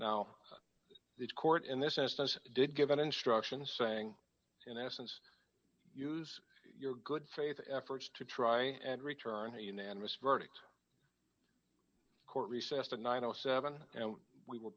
now the court in this instance did given instructions saying in essence use your good faith efforts to try and return a unanimous verdict court recessed at nine o seven and we were